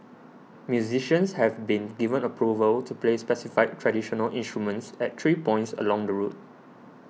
musicians have been given approval to play specified traditional instruments at three points along the route